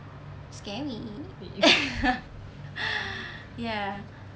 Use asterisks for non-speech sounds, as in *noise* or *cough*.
scary *laughs* *breath* ya